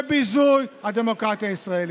זה ביזוי הדמוקרטיה הישראלית,